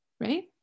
right